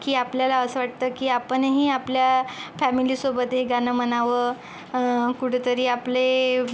की आपल्याला असं वाटतं की आपणही आपल्या फॅमिली सोबत हे गाणं म्हणावं कुठंतरी आपले